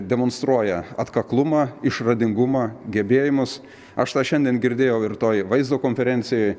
demonstruoja atkaklumą išradingumą gebėjimus aš tą šiandien girdėjau ir toj vaizdo konferencijoj